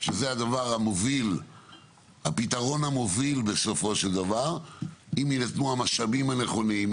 שזה הפתרון המוביל בסופו של דבר אם יינתנו המשאבים הנכונים,